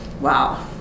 wow